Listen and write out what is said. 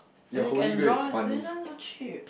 as in can draw one this one so cheap